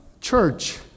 church